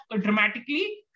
dramatically